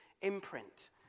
imprint